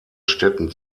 städten